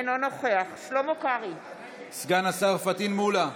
אינו נוכח סגן השר פטין מולא,